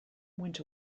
went